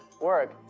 work